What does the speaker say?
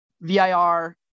VIR